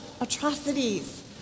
atrocities